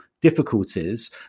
difficulties